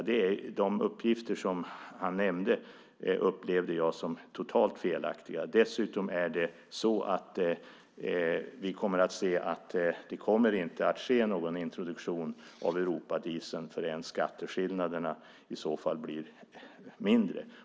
De uppgifter som han nämnde upplevde jag som totalt felaktiga. Dessutom kommer vi att se att det inte kommer att ske någon introduktion av Europadieseln förrän skatteskillnaderna i så fall blir mindre.